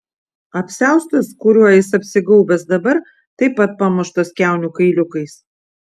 apsiaustas kuriuo jis apsigaubęs dabar taip pat pamuštas kiaunių kailiukais